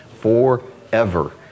forever